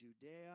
Judea